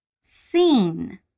seen